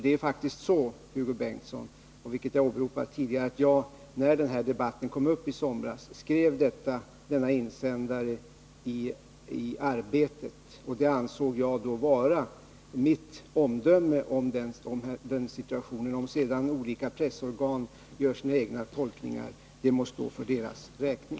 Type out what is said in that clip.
Det är faktiskt så, Hugo Bengtsson, som jag åberopat tidigare, att när den här debatten kom upp i somras, skrev jag en insändare i Arbetet. Vad jag där anförde ansåg jag då vara mitt omdöme om situationen. Om sedan olika pressorgan gör sina egna tolkningar, så må det stå för deras räkning.